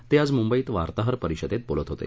ते आज मुंबईत वार्ताहर परिषदेत बोलत होते